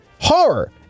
horror